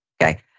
okay